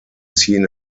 seen